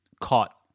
caught